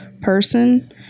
person